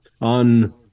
on